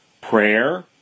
Prayer